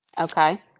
Okay